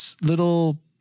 little